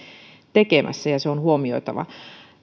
tekemässä ja se on huomioitava on